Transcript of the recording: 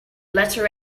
letter